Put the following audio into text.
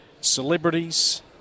celebrities